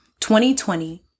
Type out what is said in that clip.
2020